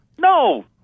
no